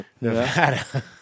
Nevada